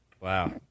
Wow